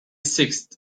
sixth